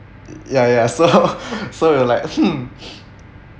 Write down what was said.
ya ya so so you like hmm